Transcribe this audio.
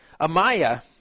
Amaya